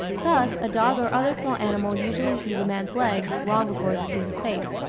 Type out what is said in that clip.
thus, a dog or other small animal usually sees a man's legs long before he sees his face.